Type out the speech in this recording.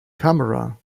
camera